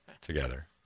together